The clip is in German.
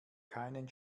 keinen